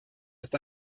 ist